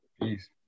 Peace